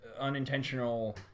unintentional